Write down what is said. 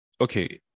okay